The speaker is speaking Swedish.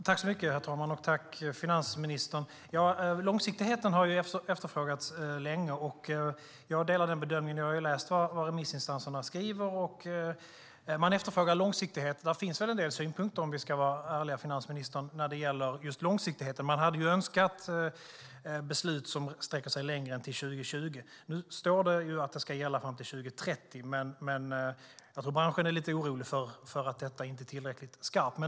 Herr talman! Tack, finansministern! Långsiktigheten har efterfrågats länge. Jag håller med om den bedömningen. Jag har ju läst vad remissinstanserna har skrivit, och man efterfrågar långsiktighet. Det finns en del synpunkter när det gäller just långsiktigheten - om vi ska vara ärliga, finansministern. Man hade önskat beslut som sträcker sig längre än till 2020. Det står att det ska gälla fram till 2030. Men jag tror att branschen är lite orolig för att detta inte är tillräckligt skarpt.